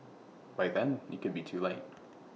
by then IT could be too late